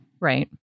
Right